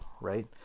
right